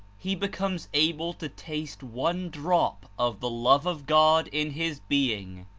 he becomes able to taste one drop of the love of god in his being,